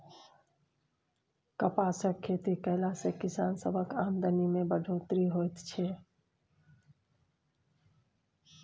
कपासक खेती कएला से किसान सबक आमदनी में बढ़ोत्तरी होएत छै